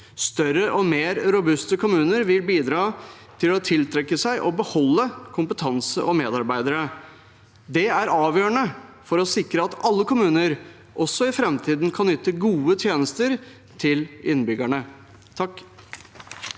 Større og mer robuste kommuner vil bidra til å tiltrekke seg og beholde kompetan se og medarbeidere. Det er avgjørende for å sikre at alle kommuner også i framtiden kan yte gode tjenester til innbyggerne. Nils